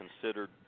considered